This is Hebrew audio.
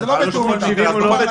זה לא בתיאום איתם.